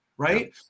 Right